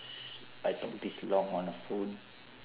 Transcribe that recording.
I talk this long on a phone